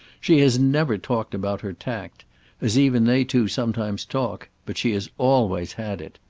she has never talked about her tact as even they too sometimes talk but she has always had it.